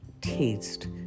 taste